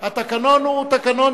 התקנון הוא תקנון